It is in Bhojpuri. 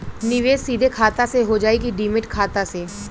निवेश सीधे खाता से होजाई कि डिमेट खाता से?